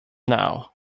now